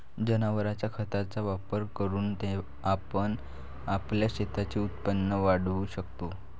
जनावरांच्या खताचा वापर करून आपण आपल्या शेतीचे उत्पन्न वाढवू शकतो